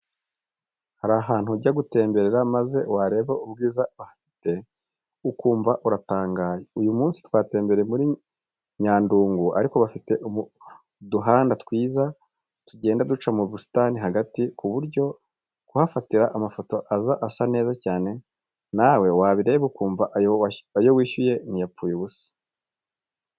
Hari ahantu ujya gutemberera maze wareba ubwiza hafite ukumva uratangaye. Uyu munsi twatembereye muri Nyandungu ariko bafite uduhanda twiza tugenda duca mu busitani hagati, ku buryo kuhafatira amafoto aza asa neza cyane, nawe wabireba ukumva ayo wishyuye ntiyapfuye ubusa.